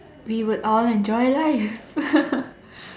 we would all enjoy life